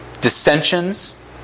dissensions